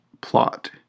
plot